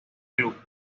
club